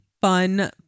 fun